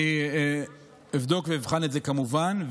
אני אבדוק ואבחן את זה, כמובן.